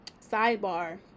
sidebar